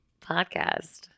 podcast